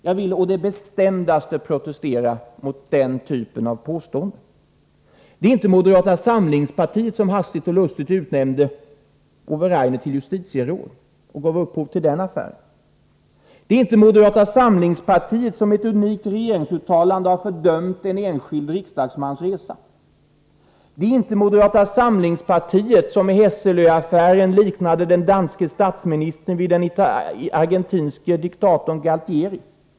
Jag vill å det bestämdaste protestera mot detta. Det var inte moderata samlingspartiet som hastigt och lustigt utnämnde Ove Rainer till justitieråd och därmed gav upphov till den affären. Det är inte moderata samlingspartiet som i ett unikt regeringsuttalande har fördömt en enskild riksdagsmans resa. Det var inte moderata samlingspartiet som i Hesselö-affären liknade den danske statsministern vid den argentinske diktatorn Galtieri.